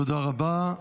תודה רבה.